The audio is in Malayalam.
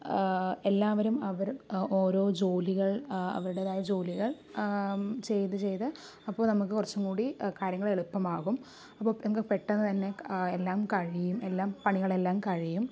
എല്ലാവരും അവരു ഓരോ ജോലികൾ അവരുടേതായ ജോലികൾ ചെയ്ത് ചെയ്ത് അപ്പോൾ നമുക്ക് കുറച്ചുകൂടി കാര്യങ്ങൾ എളുപ്പമാകും അപ്പോൾ നിങ്ങൾക്ക് പെട്ടെന്നുതന്നെ എല്ലാം കഴിയും എല്ലാം പണികളെല്ലാം കഴിയും